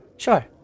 Sure